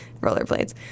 rollerblades